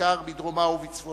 בעיקר בדרומה ובצפונה,